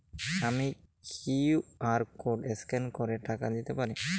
আমি QR code scan করে টাকা দিতে পারবো?